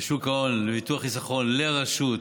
לשוק ההון, ביטוח וחיסכון לרשות,